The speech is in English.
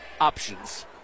options